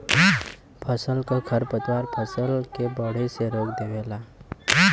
फसल क खरपतवार फसल के बढ़े से रोक देवेला